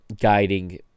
guiding